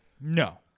No